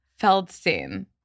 Feldstein